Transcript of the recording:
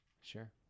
sure